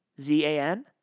Z-A-N